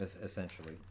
essentially